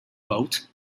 wrote